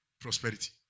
prosperity